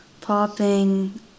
popping